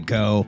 go